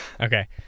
Okay